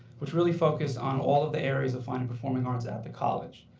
which really focused on all of the areas of fine and performing arts at the college.